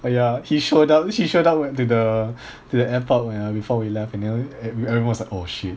oh ya he showed up he showed up to the to the airport uh before we left and then everyone's like oh shit